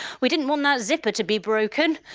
we didn't want that zipper to be broken.